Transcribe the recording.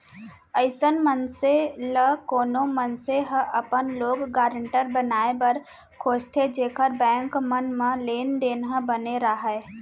अइसन मनसे ल कोनो मनसे ह अपन लोन गारेंटर बनाए बर खोजथे जेखर बेंक मन म लेन देन ह बने राहय